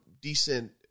decent